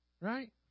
Right